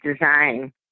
design